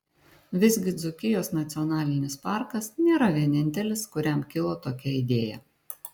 visgi dzūkijos nacionalinis parkas nėra vienintelis kuriam kilo tokia idėja